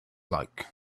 like